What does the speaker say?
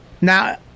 Now